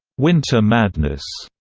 winter madness,